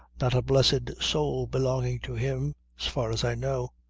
not a blessed soul belonging to him as far as i know.